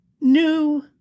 New